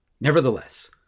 Nevertheless